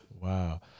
Wow